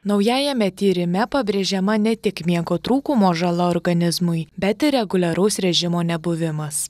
naujajame tyrime pabrėžiama ne tik miego trūkumo žala organizmui bet ir reguliaraus režimo nebuvimas